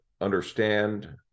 understand